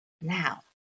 now